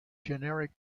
generic